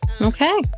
Okay